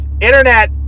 internet